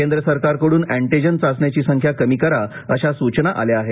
केंद्र सरकारकडून अँटिजेन चाचण्याची संख्या कमी करा अशा सूचना आल्या आहेत